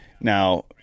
now